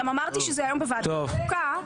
גם אמרתי שזה היום בוועדת החוקה.